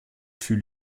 fut